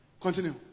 Continue